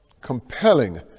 compelling